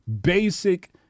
basic